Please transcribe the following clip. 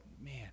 man